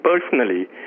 personally